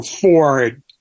Ford